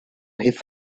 his